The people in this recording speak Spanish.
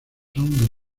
son